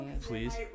Please